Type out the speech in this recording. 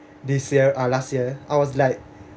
this year uh last year I was like